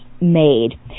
made